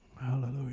Hallelujah